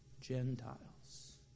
Gentiles